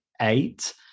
eight